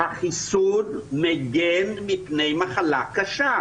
שהחיסון מגן מפני מחלה קשה.